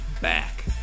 back